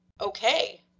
okay